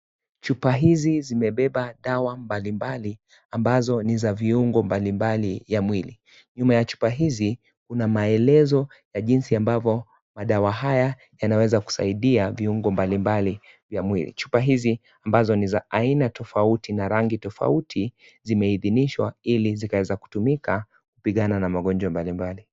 Chupa hizi zimebeba dawa mbali mbali, ambazo ni za viungo mbalimbali ya mwili. Nyuma ya chupa hizi, kuna maelezo ya jinsi ya ambavyo madawa haya yanaweza kusaidia viungo mbalimbali ya mwili. Chupa hizi ambazo ni za aina tofauti na rangi tofauti zimeidhinishwa ili zikaeza kutumika kupigana na magonjwa mbalimbali.